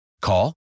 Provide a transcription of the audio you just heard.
Call